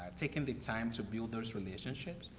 taking the time to build those relationships.